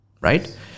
Right